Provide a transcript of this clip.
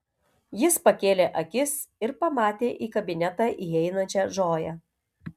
jis pakėlė akis ir pamatė į kabinetą įeinančią džoją